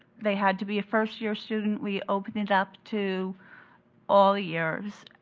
they had to be a first year student. we opened it up to all years.